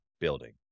building